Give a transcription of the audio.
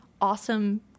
awesome